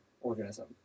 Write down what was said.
organism